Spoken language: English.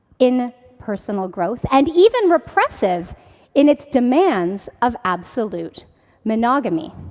in personal growth, and even repressive in its demands of absolute monogamy.